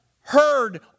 heard